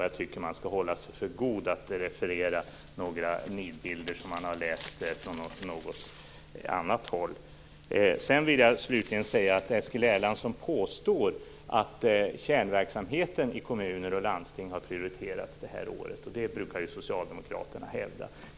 Jag tycker att han skall hålla sig för god att referera några mytbilder som han har fått från något annat håll. Eskil Erlandsson påstår att kärnverksamheten i kommuner och landsting har prioriterats under året. Det brukar Socialdemokraterna hävda.